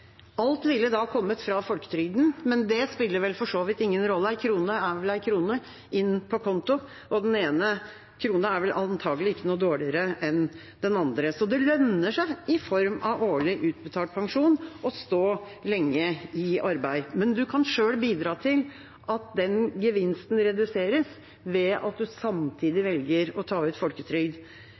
Alt ville da ha kommet fra Folketrygden, men det spiller vel for så vidt ingen rolle, ei krone er ei krone inn på konto, og den ene krona er vel antakelig ikke dårligere enn den andre. Så det lønner seg i form av årlig utbetalt pensjon å stå lenge i arbeid. Men man kan selv bidra til at den gevinsten reduseres ved at man samtidig velger å ta ut folketrygd.